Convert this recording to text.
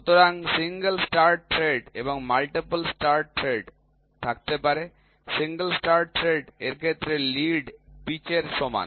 সুতরাং single start thread এবং multiple start thread থাকতে পারে সিঙ্গেল স্টার্ট থ্রেড এর ক্ষেত্রে লিড পিচের সমান